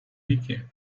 wiki